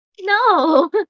No